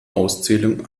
auszählung